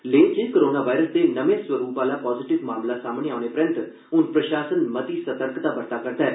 लेह च corona virus दे नमें स्वरुप आला पाजीटिव मामला सामने औने पैरैन्त हून प्रशासन मती सतर्कता बरता करदा ऐ